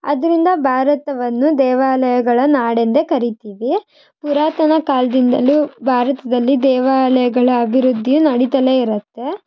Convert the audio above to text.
ಆದ್ದರಿಂದ ಭಾರತವನ್ನು ದೇವಾಲಯಗಳ ನಾಡೆಂದೇ ಕರಿತೀವಿ ಪುರಾತನ ಕಾಲದಿಂದಲೂ ಭಾರತದಲ್ಲಿ ದೇವಾಲಯಗಳ ಅಭಿವೃದ್ಧಿ ನಡಿತಲೇ ಇರುತ್ತೆ